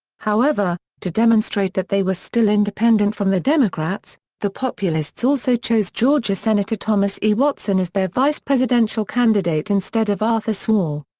however, to demonstrate that they were still independent from the democrats, the populists also chose georgia senator thomas e. watson as their vice-presidential candidate instead of arthur sewall.